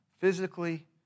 physically